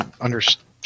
understand